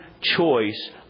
choice